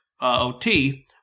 OT